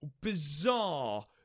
bizarre